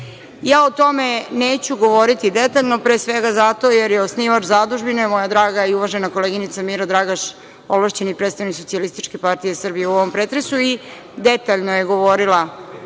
Ja o tome neću govoriti detaljno, pre svega zato jer je osnivač Zadužbine moja draga i uvažena koleginica Mira Dragaš, ovlašćeni predstavnik SPS u ovom pretresu, i detaljno je govorila